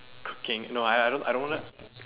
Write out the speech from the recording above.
cooking no I I I don't like